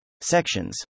sections